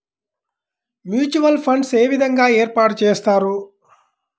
Mutual funds ఏ విధంగా ఏర్పాటు చేస్తారు?